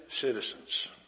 citizens